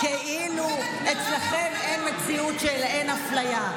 כאילו אצלכם אין מציאות של אפליה.